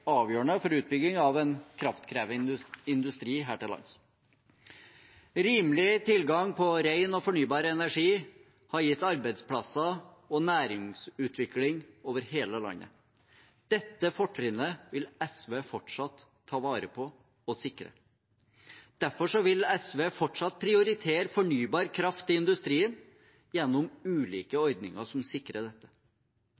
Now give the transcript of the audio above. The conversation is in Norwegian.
avgjørende for utbygging av en kraftkrevende industri her til lands. Rimelig tilgang på ren og fornybar energi har gitt arbeidsplasser og næringsutvikling over hele landet. Dette fortrinnet vil SV fortsatt ta vare på og sikre. Derfor vil SV fortsatt prioritere fornybar kraft til industrien gjennom ulike